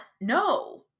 no